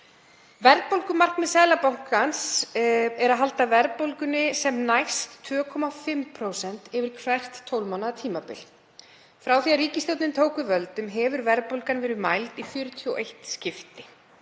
Verðbólgumarkmið Seðlabankans er að halda verðbólgunni sem næst 2,5% yfir hvert 12 mánaða tímabil. Frá því að ríkisstjórnin tók við völdum hefur verðbólgan verið mæld í 41 skipti.